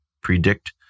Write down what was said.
predict